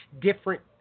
different